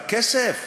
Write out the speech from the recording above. רק כסף?